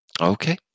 Okay